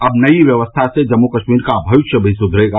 अब नई व्यवस्था से जम्मू कश्मीर का भविष्य भी सुधरेगा